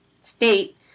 state